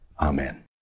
Amen